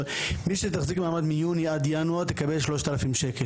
מי שתחזיק מעמד מיוני עד ינואר תקבל 3,000 ₪,